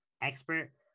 expert